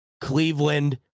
Cleveland